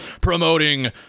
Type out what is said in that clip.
promoting